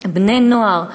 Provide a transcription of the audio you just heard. בני-נוער,